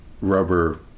rubber